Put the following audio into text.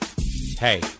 Hey